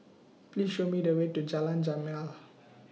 Please Show Me The Way to Jalan Jamal